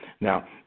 Now